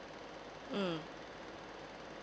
mm